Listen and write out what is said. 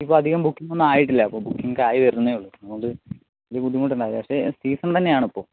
ഇപ്പോൾ അധികം ബൂക്കിങ്ങൊനും ആയിട്ടില്ല അപ്പോൾ ബുക്കിംഗ് ഒക്കെ ആയിവരുന്നേ ഉള്ളു അതുകൊണ്ട് വലിയ ബുദ്ധിമുട്ടുണ്ടാകില്ല പക്ഷേ സീസൺ തന്നെയാണിപ്പോൾ